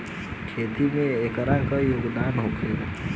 खेती में एकर का योगदान होखे?